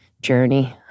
Journey